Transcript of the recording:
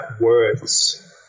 words